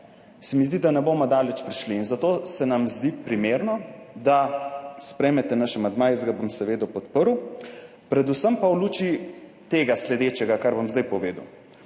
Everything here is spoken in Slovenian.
se mi zdi, da ne bomo daleč prišli. Zato se nam zdi primerno, da sprejmete naš amandma. Jaz ga bom seveda podprl. Predvsem pa v luči tega, kar bom zdaj povedal.